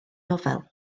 nofel